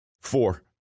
Four